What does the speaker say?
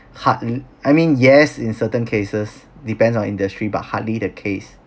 hardl~ I mean yes in certain cases depends on industry but hardly the case